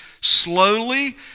slowly